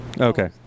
Okay